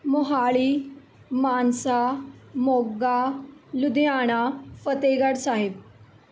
Mohali Mansa Moga Ludhiana Fatehgarh Sahib